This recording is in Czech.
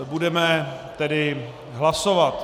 Budeme tedy hlasovat.